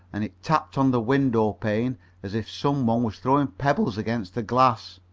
and it tapped on the window-pane as if some one was throwing pebbles against the glass.